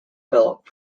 philip